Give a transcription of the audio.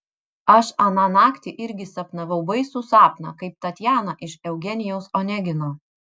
aš aną naktį irgi sapnavau baisų sapną kaip tatjana iš eugenijaus onegino